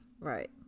right